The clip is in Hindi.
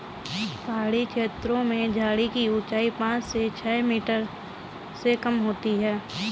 पहाड़ी छेत्रों में झाड़ी की ऊंचाई पांच से छ मीटर से कम होती है